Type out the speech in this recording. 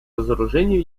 разоружению